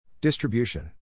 Distribution